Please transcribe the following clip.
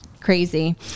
Crazy